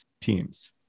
teams